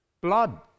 Blood